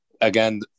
Again